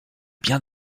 bien